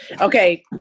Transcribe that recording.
okay